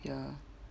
ya